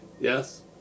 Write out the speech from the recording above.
Yes